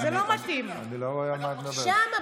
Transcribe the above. זה צמיד שחור כזה שהוא הולך,